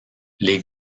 les